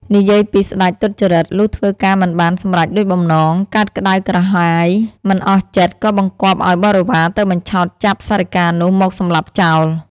និយាយពីស្ដេចទុច្ចរិត លុះធ្វើការមិនបានសម្រេចដូចបំណង កើតក្ដៅក្រហាយ មិនអស់ចិត្ត ក៏បង្គាប់ឲ្យបរិវាទៅបញ្ឆោតចាប់សារិកានោះមកសម្លាប់ចោល ។